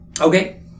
Okay